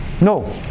No